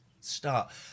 start